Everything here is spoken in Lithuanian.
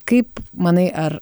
kaip manai ar